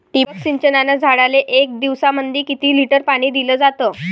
ठिबक सिंचनानं झाडाले एक दिवसामंदी किती लिटर पाणी दिलं जातं?